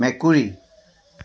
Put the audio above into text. মেকুৰী